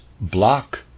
block